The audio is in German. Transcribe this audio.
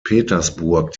petersburg